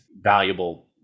valuable